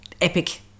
epic